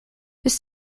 this